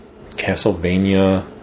Castlevania